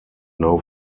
now